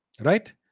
Right